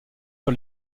sur